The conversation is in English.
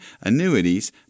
annuities